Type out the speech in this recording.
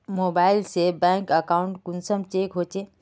Mobile से bank account कुंसम check होचे?